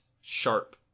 sharp